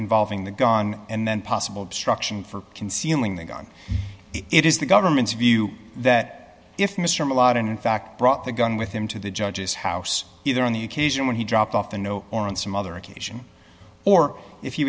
involving the gun and then possible obstruction for concealing the gun it is the government's view that if mr malott in fact brought the gun with him to the judge's house either on the occasion when he dropped off the no or on some other occasion or if he